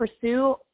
pursue